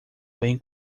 bem